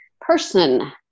person